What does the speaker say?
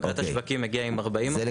אגרת השווקים מגיעה עם 40%. אוקיי,